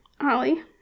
Ollie